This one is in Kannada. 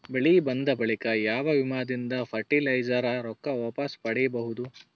ಬೆಳಿ ಬಂದ ಬಳಿಕ ಯಾವ ವಿಮಾ ದಿಂದ ಫರಟಿಲೈಜರ ರೊಕ್ಕ ವಾಪಸ್ ಪಡಿಬಹುದು?